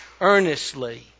earnestly